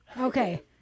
Okay